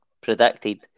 predicted